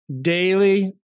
daily